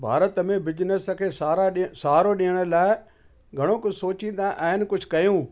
भारत में बिजनिस खे सहारा ॾियण सहारो ॾियण लाइ घणो कुझु सोचिंदा आहिनि कुझु कयूं